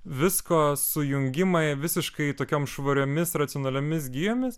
visko sujungimą į visiškai tokiom švariomis racionaliomis gijomis